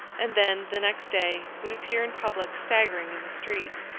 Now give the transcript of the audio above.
and then, the next day, would appear in public, staggering in the streets.